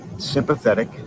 Sympathetic